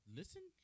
listen